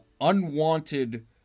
unwanted